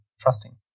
trusting